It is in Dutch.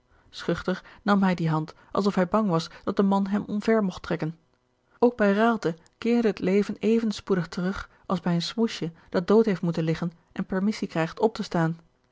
schuchter nam hij die hand alsof hij bang was dat de man hem omver mogt trekken ook bij raalte keerde het leven even spoedig terug als bij een smousje dat dood heeft moeten liggen en permissie krijgt op te staan